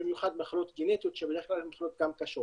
במיוחד מחלות גנטיות שבדרך כלל הן גם מחלות קשות.